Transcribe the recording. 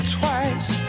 twice